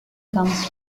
comes